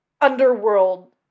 underworld